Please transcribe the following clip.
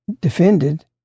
defended